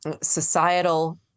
societal